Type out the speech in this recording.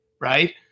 right